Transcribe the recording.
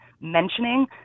mentioning